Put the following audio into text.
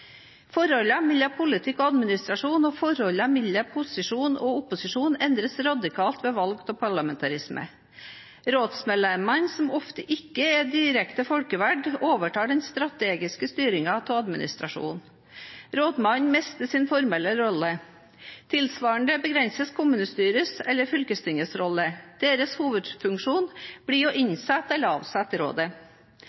mellom politikk og administrasjon og forholdet mellom posisjon og opposisjon endres radikalt ved valg av parlamentarisme. Rådsmedlemmene, som ofte ikke er direkte folkevalgt, overtar den strategiske styringen av administrasjonen. Rådmannen mister sin formelle rolle. Tilsvarende begrenses kommunestyrets eller fylkestingets rolle. Deres hovedfunksjon blir å innsette eller avsette rådet.